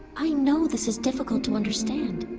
i know this is difficult to understand,